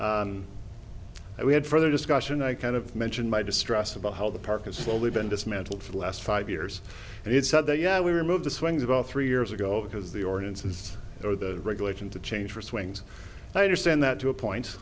well we had further discussion i kind of mentioned my distress about how the park has slowly been dismantled for the last five years and it said that yeah we removed the swings about three years ago because the ordinances are the regulation to change for swings i understand that to a point